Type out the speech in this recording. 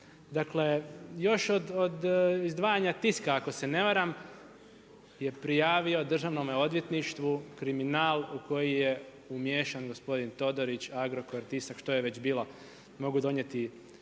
dakle još od izdvajanja Tiska ako se ne varam, je prijavio DORH-u kriminal u koji je umiješan gospodin Todorić, Agrokor, Tisak, što je već bilo. Mogu donijeti dokumente